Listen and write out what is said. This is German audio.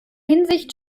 hinsicht